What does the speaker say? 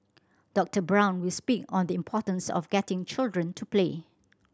Doctor Brown will speak on the importance of getting children to play